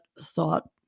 thought